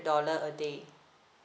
dollar a day